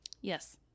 Yes